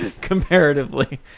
comparatively